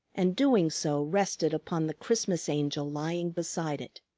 and doing so rested upon the christmas angel lying beside it.